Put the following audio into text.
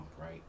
right